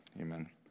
Amen